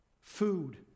Food